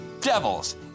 devils